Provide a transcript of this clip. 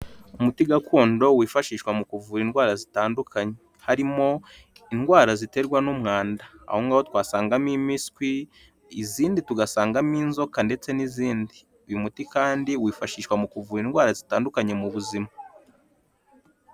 Umuti gakondo wifashishwa mu kuvura indwara zitandukanye harimo indwara ziterwa n'umwanda, aho ngaho twasangamo impiswi, izindi tugasangamo inzoka ndetse n'izindi, uyu muti kandi wifashishwa mu kuvura indwara zitandukanye mu buzima.